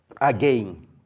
again